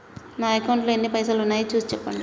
నా అకౌంట్లో ఎన్ని పైసలు ఉన్నాయి చూసి చెప్పండి?